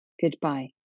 Goodbye